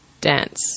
dance